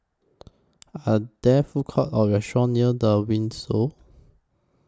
Are There Food Courts Or restaurants near The Windsor